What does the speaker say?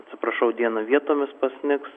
atsiprašau dieną vietomis pasnigs